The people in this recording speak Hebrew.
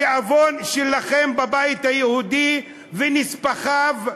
התיאבון שלכם, בבית היהודי ונספחיו,